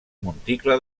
monticle